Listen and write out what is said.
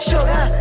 Sugar